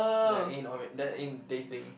that ain't all it that ain't dating